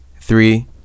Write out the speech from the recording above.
three